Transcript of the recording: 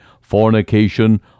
fornication